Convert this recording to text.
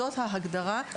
זאת ההגדרה שנמצאת בחוק.